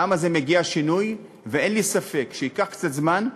לעם הזה מגיע שינוי, ואין לי ספק שייקח קצת זמן,